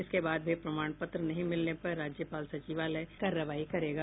इसके बाद भी प्रमाण पत्र नहीं मिलने पर राज्यपाल सचिवालय कार्रवाई करेगा